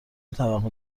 توقع